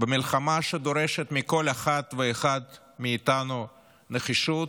מלחמה שדורשת מכל אחד ואחד מאיתנו נחישות,